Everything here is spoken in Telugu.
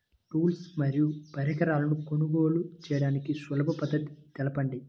టూల్స్ మరియు పరికరాలను కొనుగోలు చేయడానికి సులభ పద్దతి తెలపండి?